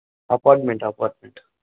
apartment apartment